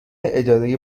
اداره